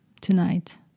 tonight